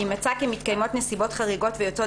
אם מצא כי מתקיימות נסיבות חריגות ויוצאות